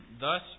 Thus